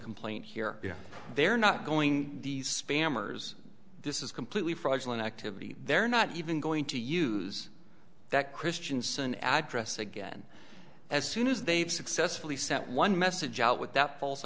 complaint here they're not going the spammers this is completely fraudulent activity they're not even going to use that christianson address again as soon as they've successfully sent one message out with that false